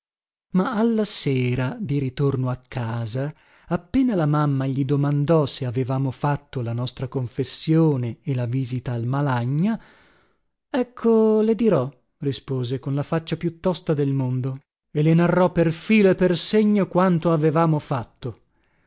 ma alla sera di ritorno a casa appena la mamma gli domandò se avevamo fatto la nostra confessione e la visita al malagna ecco le dirò rispose con la faccia più tosta del mondo e le narrò per filo e per segno quanto avevamo fatto